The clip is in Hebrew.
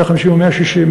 150 או 160,